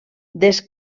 des